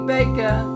Baker